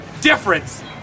difference